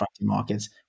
markets